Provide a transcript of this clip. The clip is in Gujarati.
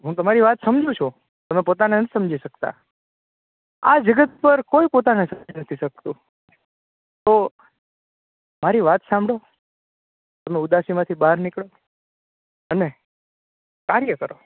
હું તમારી વાત સમજું છું તમે પોતાને નથી સમજી શકતા આ જગતમાં કોઈ પોતાને સમજી નથી શકતા તું મારી વાત સાંભળઓ તમે ઉદાસીમાંથી બહાર નીકળો અને કાર્ય કરો